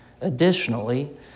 Additionally